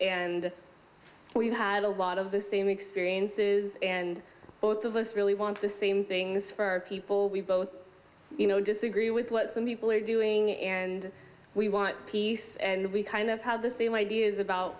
and we've had a lot of the same experiences and both of us really want the same things for our people we both you know disagree with what some people are doing and we want peace and we kind of have the same ideas about